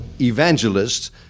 evangelists